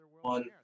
one